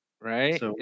Right